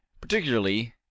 particularly